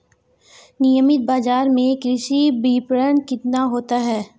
नियमित बाज़ार में कृषि विपणन कितना होता है?